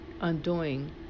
undoing